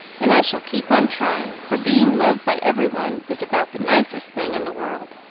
and i shall keep on trying, for being loved by every one is about the nicest thing in the world.